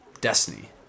destiny